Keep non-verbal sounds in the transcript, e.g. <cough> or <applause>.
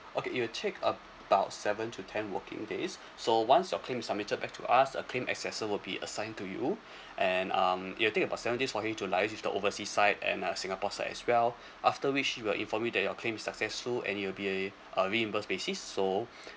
okay it'll take about seven to ten working days so once your claims is submitted back to us a claim accessor will be assigned to you <breath> and um it'll take about seven days for me to liaise with the oversea side and uh singapore side as well after which we will inform you that your claim is successful and it'll be a uh reimburse basis so <breath>